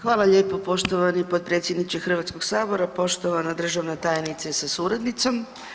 Hvala lijepo, poštovani potpredsjedniče Hrvatskog sabora, poštovana državna tajnice sa suradnicom.